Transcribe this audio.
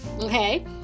okay